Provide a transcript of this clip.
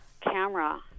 camera